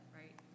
right